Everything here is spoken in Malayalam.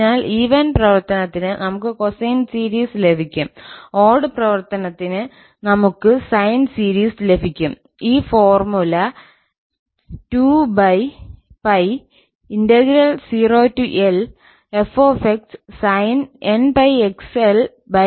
അതിനാൽ ഈവൻ പ്രവർത്തനത്തിന് നമുക്ക് കൊസൈൻ സീരീസ് ലഭിക്കും ഓട് പ്രവർത്തനത്തിന് നമുക്ക് സൈൻ സീരീസ് ലഭിക്കും ഈ formula 2𝐿0Lf sin nπx L dx